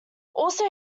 also